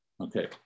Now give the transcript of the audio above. Okay